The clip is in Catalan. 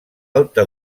alta